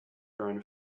grown